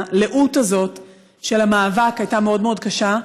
הלאות הזאת של המאבק הייתה מאוד מאוד קשה.